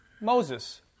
Moses